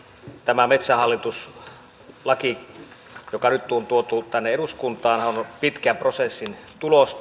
tämä metsähallitus laki joka nyt on tuotu tänne eduskuntaan on pitkän prosessin tulosta